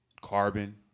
carbon